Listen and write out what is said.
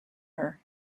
her